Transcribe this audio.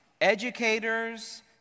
educators